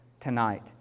Tonight